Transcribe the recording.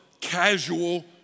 casual